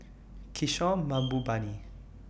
Kishore Mahbubani